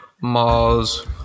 Mars